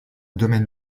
domaine